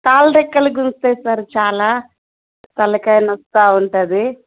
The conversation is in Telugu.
కాల్ తిక్కలు కురుస్తాయి సార్ చాలా తలకాయ నోస్తా ఉంటుంది